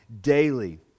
daily